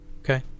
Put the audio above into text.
Okay